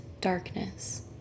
Darkness